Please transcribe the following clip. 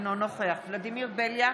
אינו נוכח ולדימיר בליאק,